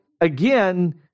again